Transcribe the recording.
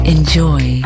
Enjoy